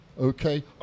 Okay